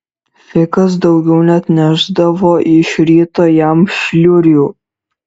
fikas daugiau neatnešdavo iš ryto jam šliurių